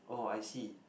oh I see